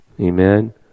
Amen